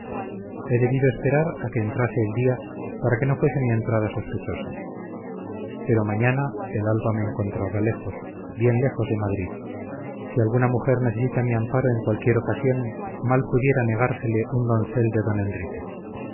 he debido esperar a que entrase el día para que no fuese mi entrada sospechosa pero mañana el alba me encontrará lejos bien lejos de madrid si alguna mujer necesita mi amparo en cualquier ocasión mal pudiera negársele un doncel de don enrique